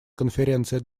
конференция